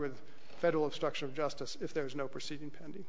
with federal structure of justice if there is no proceeding pending